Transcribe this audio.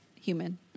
human